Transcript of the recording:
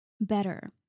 better